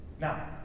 Now